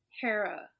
Hera